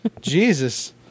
Jesus